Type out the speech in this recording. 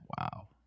Wow